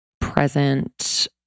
present